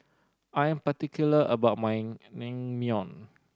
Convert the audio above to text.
I'm particular about my Naengmyeon